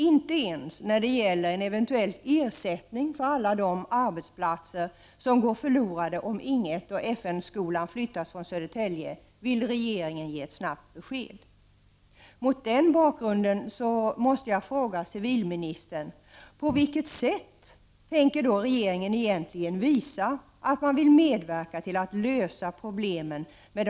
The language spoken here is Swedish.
Inte ens när det gäller en eventuell ersättning för alla de arbetsplatser som skulle gå förlorade om Ing 1 och FN-skolan flyttas från Södertälje vill regeringen ge ett snabbt besked.